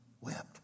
wept